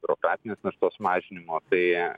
brokatinės naštos mažinimo tai